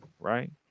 Right